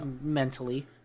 mentally